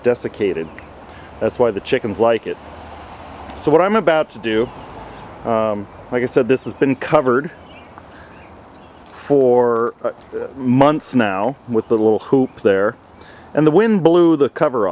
desiccated that's why the chickens like it so what i'm about to do like i said this has been covered for months now with the little hoops there and the wind blew the cover